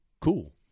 cool